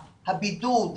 הבידוד,